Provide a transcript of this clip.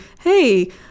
hey